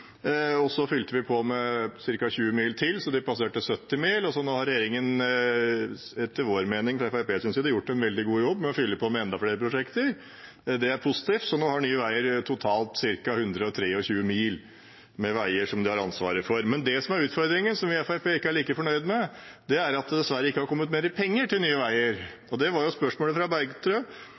passerte 70 mil. Nå har regjeringen etter Fremskrittspartiets mening gjort en veldig god jobb med å fylle på med enda flere prosjekter. Det er positivt. Nå har Nye Veier totalt ca. 123 mil med veier som de har ansvaret for. Men det som er utfordringen, og som Fremskrittspartiet ikke er like fornøyd med, er at det dessverre ikke har kommet mer penger til Nye Veier, og det var jo spørsmålet fra